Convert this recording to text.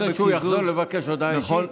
רוצה שהוא יחזור לבקש הודעה אישית?